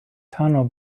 tunnel